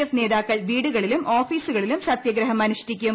F നേതാക്കൾ വീടുകളിലും ഓഫീസുകളിലും സത്യാഗ്രഹം അനുഷ്ഠിക്കും